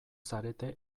zarete